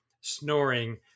snoring